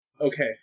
Okay